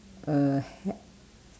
a ha~